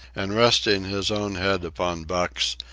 and resting his own head upon buck's,